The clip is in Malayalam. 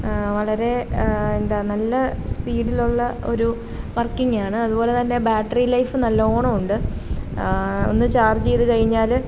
വളരെ എന്താ നല്ല സ്പീഡിലുള്ള ഒരു വർക്കിങ്ങാണ് അതുപോലെതന്നെ ബാറ്ററി ലൈഫ് നല്ലവണ്ണമുണ്ട് ഒന്നു ചാർജ് ചെയ്തു കഴിഞ്ഞാൽ